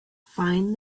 find